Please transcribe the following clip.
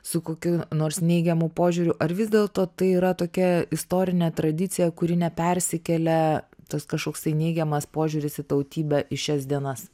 su kokiu nors neigiamu požiūriu ar vis dėlto tai yra tokia istorinė tradicija kuri nepersikelia tas kažkoksai neigiamas požiūris į tautybę į šias dienas